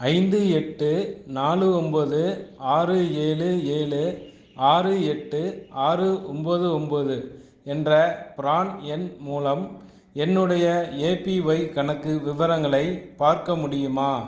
ஐந்து எட்டு நாலு ஒம்பது ஆறு ஏலு ஏலு ஆறு எட்டு ஆறு ஒம்பது ஒம்பது என்ற ப்ரான் எண் மூலம் என்னுடைய ஏபிஒய் கணக்கு விவரங்களை பார்க்க முடியுமா